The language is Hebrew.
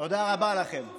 פעיל הליכוד,